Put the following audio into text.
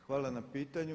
Hvala na pitanju.